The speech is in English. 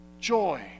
joy